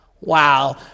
Wow